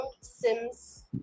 Sims